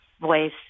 voice